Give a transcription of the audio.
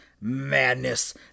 madness